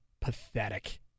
pathetic